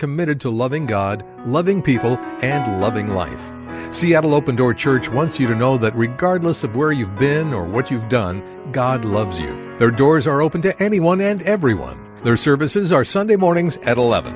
committed to loving god loving people and loving life seattle open door church once you don't know but regardless of where you've been or what you've done god loves you there doors are open to anyone and everyone their services are sunday mornings at eleven